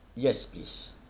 yes please